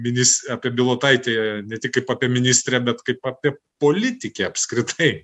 minis apie bilotaitę ne tik kaip apie ministrę bet kaip apie politikę apskritai